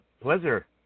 pleasure